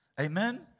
Amen